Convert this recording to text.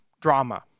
drama